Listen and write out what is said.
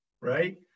right